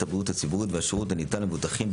הבריאות הציבורית והשירות הניתן למבוטחים,